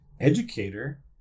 educator